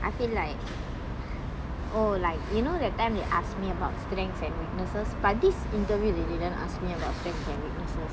I feel like oh like you know that time you asked me about strengths and weaknesses but this interview they didn't ask me about strengths and weaknesses